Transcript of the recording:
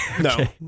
no